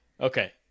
okay